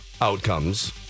outcomes